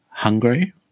Hungary